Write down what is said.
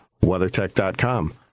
weathertech.com